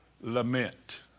lament